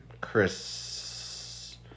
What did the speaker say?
Chris